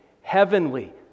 heavenly